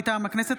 מטעם הכנסת,